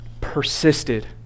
persisted